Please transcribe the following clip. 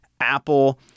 Apple